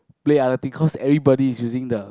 play other thing because everybody is using the